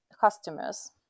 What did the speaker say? customers